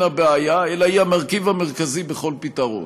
בעיה אלא היא המרכיב המרכזי בכל פתרון.